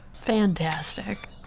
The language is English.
Fantastic